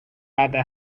other